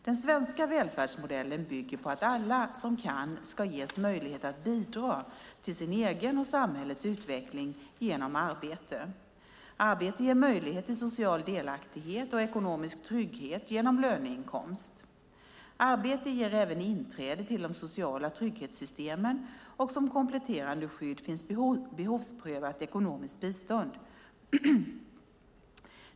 Den svenska välfärdsmodellen bygger på att alla som kan ska ges möjlighet att bidra till sin egen och samhällets utveckling genom arbete. Arbete ger möjlighet till social delaktighet och ekonomisk trygghet genom löneinkomst. Arbete ger även inträde till de sociala trygghetssystemen, och som kompletterande skydd finns behovsprövat ekonomiskt bistånd.